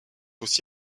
aussi